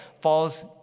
falls